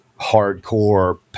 hardcore